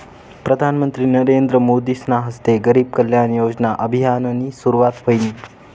प्रधानमंत्री नरेंद्र मोदीसना हस्ते गरीब कल्याण योजना अभियाननी सुरुवात व्हयनी